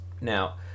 Now